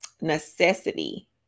necessity